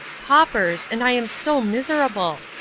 paupers, and i am so miserable.